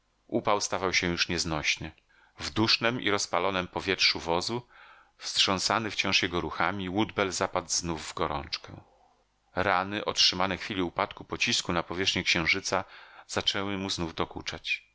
upał stawał się już nieznośny w dusznem i rozpalonem powietrzu wozu wstrząsany wciąż jego ruchami woodbell zapadł znów w gorączkę rany otrzymane w chwili upadku pocisku na powierzchnię księżyca zaczęły mu znów dokuczać